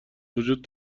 وجود